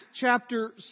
chapter